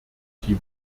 die